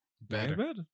Better